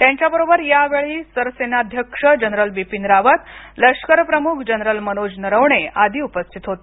त्यांच्याबरोबर या वेळी सरसेनाध्यक्ष जनरल बिपिन रावत लष्कर प्रमुख जनरल मनोज नरवणे आदि उपस्थित होते